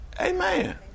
Amen